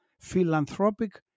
philanthropic